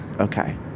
Okay